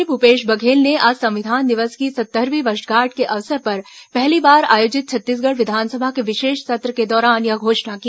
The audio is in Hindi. मुख्यमंत्री भूपेश बघेल ने आज संविधान दिवस की सत्तरवीं वर्षगांठ के अवसर पर पहली बार आयोजित छत्तीसगढ़ विधानसभा के विशेष सत्र के दौरान यह घोषणा की